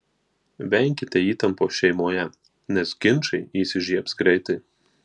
venkite įtampos šeimoje nes ginčai įsižiebs greitai